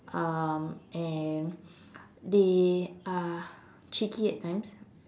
um and they are cheeky at times